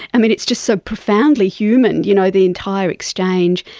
i mean, it's just so profoundly human, you know the entire exchange.